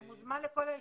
אתה מוזמן לכל הישיבות.